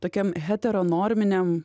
tokiam hetero norminiam